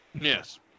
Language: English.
Yes